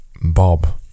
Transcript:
Bob